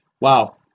Wow